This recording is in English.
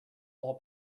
all